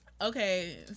Okay